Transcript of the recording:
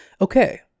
Okay